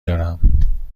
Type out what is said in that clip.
دارم